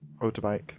Motorbike